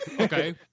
Okay